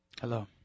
Hello